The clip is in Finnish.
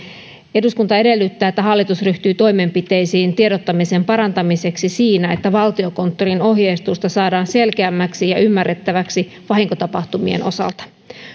eduskunta edellyttää että hallitus ryhtyy toimenpiteisiin tiedottamisen parantamiseksi siinä että valtiokonttorin ohjeistusta saadaan selkeämmäksi ja ymmärrettäväksi vahinkotapahtumien osalta